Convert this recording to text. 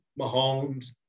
Mahomes